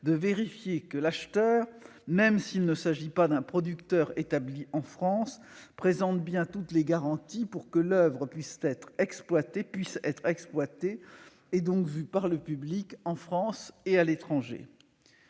de vérifier que l'acheteur, même s'il ne s'agit pas d'un producteur établi en France, présente toutes les garanties nécessaires pour que l'oeuvre puisse être exploitée et donc vue par le public, en France et à l'étranger.